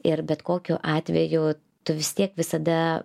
ir bet kokiu atveju tu vis tiek visada